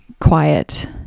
quiet